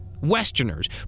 Westerners